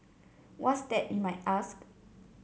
what's that you might ask